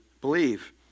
believe